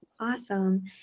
Awesome